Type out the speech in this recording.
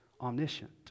omniscient